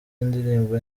indirimbo